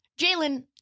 Jalen